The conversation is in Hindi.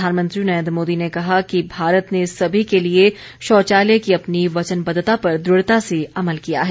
प्रधानमंत्री नरेन्द्र मोदी ने कहा कि भारत ने सभी के लिए शौचालय की अपनी वचनबद्धता पर दृढता से अमल किया है